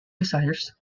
desires